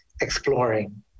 exploring